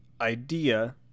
idea